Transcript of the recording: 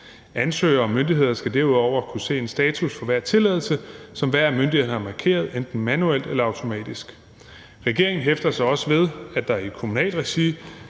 Ansøgere og myndigheder skal derudover kunne se en status for hver tilladelse, som myndighederne har markeret, enten manuelt eller automatisk. Regeringen hæfter sig også ved, at der i kommunalt regi,